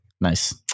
Nice